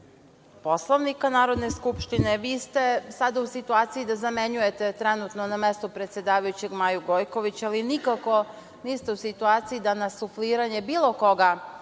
Poslovnika Narodne skupštine, vi ste sada u situaciji da zamenjujete trenutno na mesto predsedavajućeg Maju Gojković, ali nikako niste u situaciji da na sufliranje bilo koga